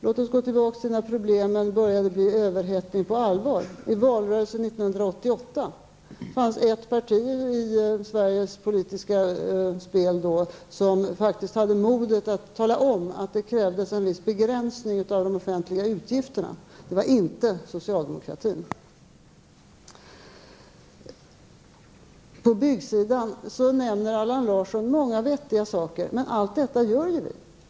Låt oss gå tillbaka till när problemen med överhettningen började på allvar i valrörelsen 1988. Då fanns ett parti i Sveriges politiska liv som faktiskt hade modet att tala om att det krävdes en viss begränsning av de offentliga utgifterna, och det var inte socialdemokraterna. Allan Larsson nämner många vettiga saker när det gäller byggmarknaden, men allt detta gör vi.